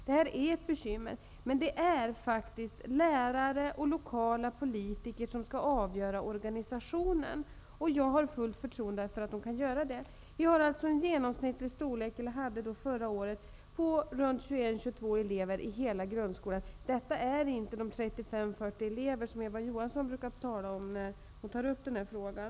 Detta är ett bekymmer, men det är faktiskt lärare och lokala politiker som skall avgöra vilken organisation man skall ha. Jag har fullt förtroende för att de kan klara den uppgiften. Vi hade förra året en genomsnittlig klasstorlek i grundskolan på 20 â 21 elever. Det är alltså inte fråga om 35 eller 40 elever som Eva Johansson brukar talar om när hon tar upp den här frågan.